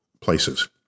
places